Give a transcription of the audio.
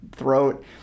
throat